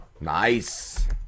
Nice